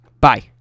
Bye